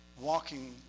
walking